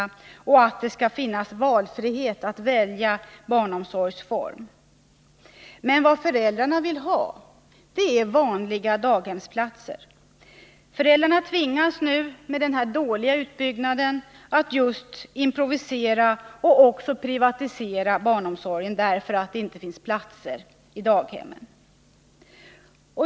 De har anfört att det skall finnas valfrihet i fråga om barnomsorgsform. Men vad föräldrarna vill ha är vanliga daghemsplatser. Föräldrarna tvingas nu genom den dåliga utbyggnaden att improvisera för att tillgodose sitt behov av barnomsorg, och det blir en utveckling mot att privatisera barnomsorgen därför att det inte finns platser i daghemmen.